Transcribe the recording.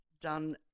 done